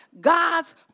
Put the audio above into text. God's